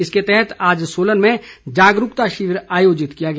इस के तहत आज सोलन में जागरूकता शिवर आयोजित किया गया